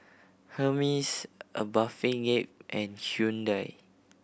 Hermes A Bathing Ape and Hyundai